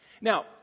Now